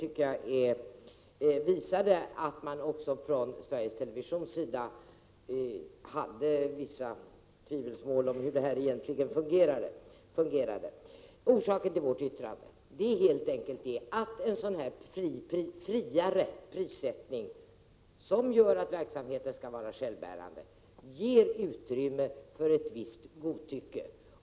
1987/88:32 26 november 1987 tvivel om hur det här egentligen fungerade. DB omaa orsa Orsaken till vårt yttrande är helt enkelt att en friare prissättning, som innebär att verksamheten skall vara självbärande, ger utrymme för ett visst godtycke.